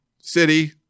city